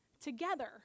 together